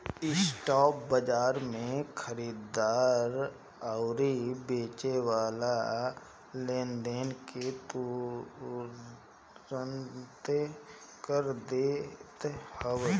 spot बाजार में खरीददार अउरी बेचेवाला लेनदेन के तुरंते कर लेत हवे